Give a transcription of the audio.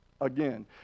again